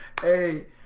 Hey